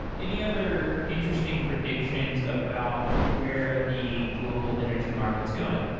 any other interesting predictions about where the global energy market is going?